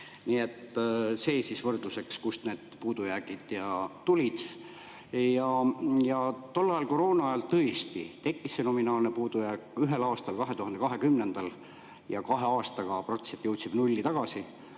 Nii et see siis võrdluseks, kust need puudujäägid tulid. Ja tol ajal, koroona ajal, tõesti tekkis see nominaalne puudujääk ühel aastal, 2020. Ja kahe aastaga praktiliselt jõudsime nulli tagasi.